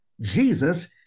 Jesus